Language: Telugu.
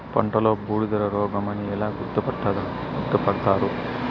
పంటలో బూడిద రోగమని ఎలా గుర్తుపడతారు?